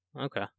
okay